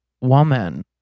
woman